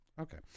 Okay